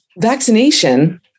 vaccination